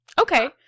Okay